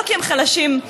לא כי הם חלשים בנפש,